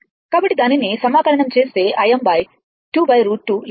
కాబట్టి దానిని సమాకలనం చేస్తే Im 2√2 లభిస్తుంది